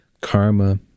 karma